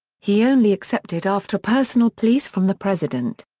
he only accepted after personal pleas from the president.